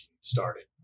started